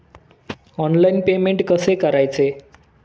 Online payment कसे करायचे?